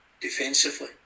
defensively